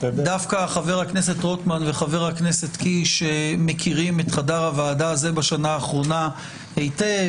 חברי הכנסת רוטמן וקיש מכירים את חדר הוועדה הזה בשנה האחרונה היטב.